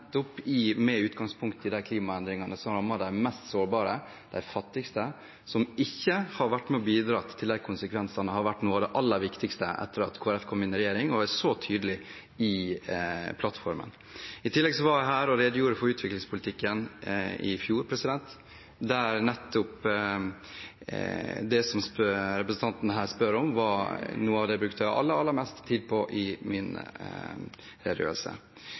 med utgangspunkt i de klimaendringene som rammer de mest sårbare, de fattigste, som ikke har vært med og bidratt til de konsekvensene, har vært noe av det aller viktigste etter at Kristelig Folkeparti kom inn i regjering og er så tydelig i plattformen. I tillegg var jeg her og redegjorde for utviklingspolitikken i fjor, der nettopp det som representanten her spør om, var noe av det jeg brukte aller mest tid på i min